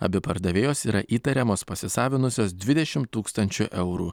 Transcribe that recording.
abi pardavėjos yra įtariamos pasisavinusios dvidešim tūkstančių eurų